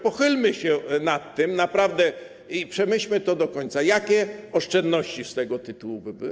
Pochylmy się nad tym naprawdę i przemyślmy to do końca, jakie oszczędności z tego tytuły by były.